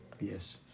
yes